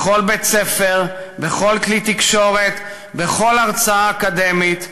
בכל בית-ספר, בכל כלי תקשורת, בכל הרצאה אקדמית,